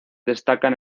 destacan